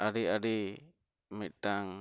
ᱟᱹᱰᱤ ᱟᱹᱰᱤ ᱢᱤᱫᱴᱟᱱ